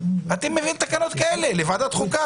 אתם מביאים תקנות כאלה לוועדת חוקה,